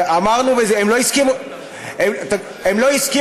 לא, עזוב מסודר, כבר היינו בעניין הזה.